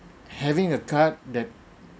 having a card that